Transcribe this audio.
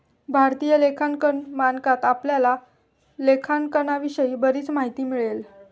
भारतीय लेखांकन मानकात आपल्याला लेखांकनाविषयी बरीच माहिती मिळेल